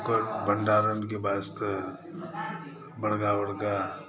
ओकर भंडारणके वास्ते बड़का बड़का